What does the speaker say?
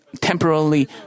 temporarily